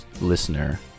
listener